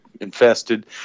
Infested